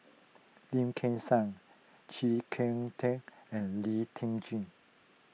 Lim Kim San Chee Kong Tet and Lee Tjin